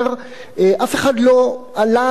אף אחד לא עלה על המכרז,